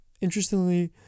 Interestingly